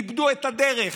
איבדו את הדרך,